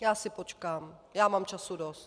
Já si počkám, já mám času dost.